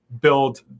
build